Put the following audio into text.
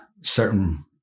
certain